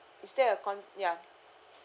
is there a con~ ya